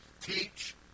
teach